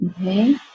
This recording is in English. Okay